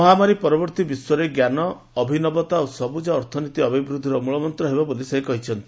ମହାମାରୀ ପରବର୍ତ୍ତୀ ବିଶ୍ୱରେ ଜ୍ଞାନ ଅଭିନବତା ଓ ସବୁଜ ଅର୍ଥନୀତି ଅଭିବୃଦ୍ଧିର ମୂଳମନ୍ତ୍ର ହେବ ବୋଲି ସେ କହିଛନ୍ତି